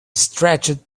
stretched